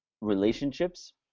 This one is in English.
relationships